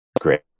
Great